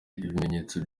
ibimenyetso